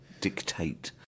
dictate